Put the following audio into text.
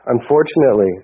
Unfortunately